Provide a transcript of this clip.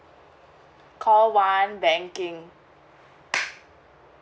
call one banking